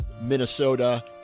Minnesota